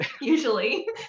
usually